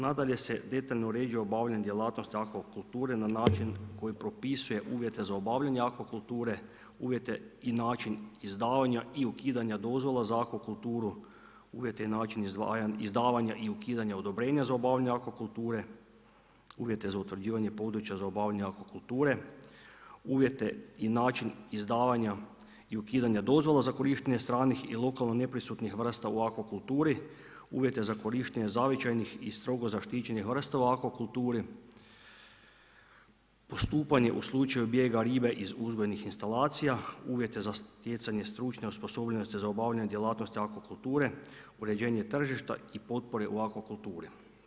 Nadalje se detaljno uređuje obavljanje djelatnosti akvakulturi, na način koji propisuje, uvjete za obavljanje akvakulture, uvjete i način izdavanja i ukidanje dozvola za akvakulturu, uvjete i način izdavanja i ukidanja odobrenja za obavljanje akvakulture, uvjete za utvrđivanje za obavljanje akvakulture, uvjete i način izdavanja i ukidanja dozvola za korištenje stranih i lokalno neprisutnih vrsta u akvakulturi, uvjete za korištenje zavičajnih i strogo zaštićenih vrsta u akvakulturi, postupanje u slučaju bijega ribe iz uzgojnih instalacija, uvjete za stjecanje stručne osposobljenosti za obavljanje djelatnosti akvakulture, uređenje tržišta i potpore u akvakulturi.